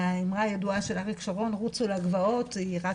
האמרה הידועה של אריק שרון - רוצו לגבעות - היא רק